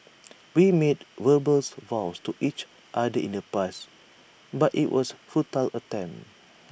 we made verbal vows to each other in the past but IT was futile attempt